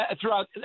throughout